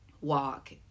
walk